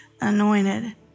anointed